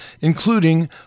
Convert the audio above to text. including